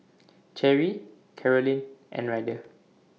Cherry Carolyne and Ryder